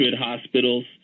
hospitals